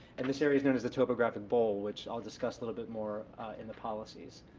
and this area is known as the topographic bowl, which i'll discuss a little bit more in the policies.